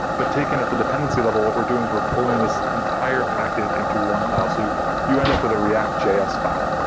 but taken at the dependency level, what we're doing is we're pulling this entire package into one file. so you end up with a reactjs file.